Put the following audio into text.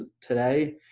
today